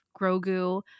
Grogu